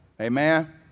Amen